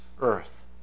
earth